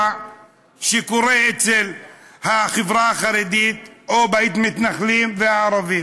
שקורה בחברה החרדית או אצל המתנחלים והערבים.